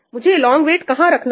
मुझे लोंग वेट कहां रखना है